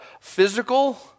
physical